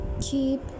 keep